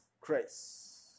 Christ